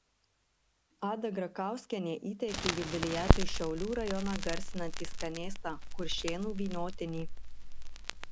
ada grakauskienė įteikė jubiliatui šiaulių rajoną garsinantį skanėstą kuršėnų vyniotinį